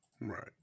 Right